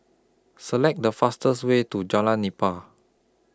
Select The fastest Way to Jalan Nipah